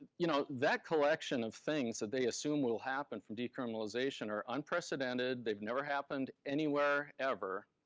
you know that collection of things that they assume will happen from decriminalization are unprecedented, they've never happened anywhere ever.